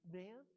man